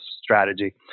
strategy